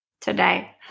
Today